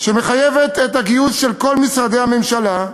שמחייבת את הגיוס של כל משרדי הממשלה,